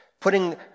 putting